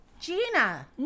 Gina